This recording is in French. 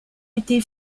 été